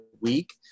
week